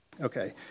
Okay